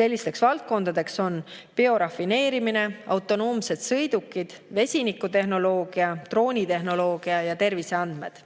Sellised valdkonnad on biorafineerimine, autonoomsed sõidukid, vesinikutehnoloogia, droonitehnoloogia ja terviseandmed.